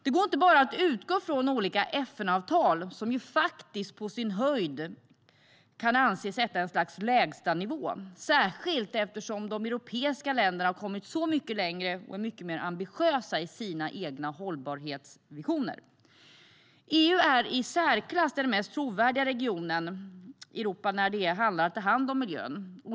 Det går inte att bara utgå från olika FN-avtal, som ju faktiskt på sin höjd kan anses sätta ett slags lägstanivå, särskilt eftersom de europeiska länderna har kommit mycket längre och är mycket mer ambitiösa i sina hållbarhetsvisioner. EU är den i särklass mest trovärdiga regionen när det gäller att ta hand om miljön.